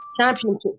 Championship